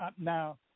now